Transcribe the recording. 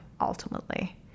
ultimately